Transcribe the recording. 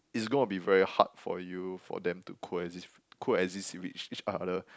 it's going to be very hard for you for them to coexist coexist with each other